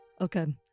Okay